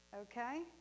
Okay